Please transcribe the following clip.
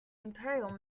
imperial